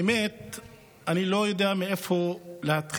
האמת היא שאני לא יודע מאיפה להתחיל,